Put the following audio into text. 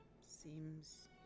seems